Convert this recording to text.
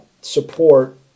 support